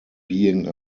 being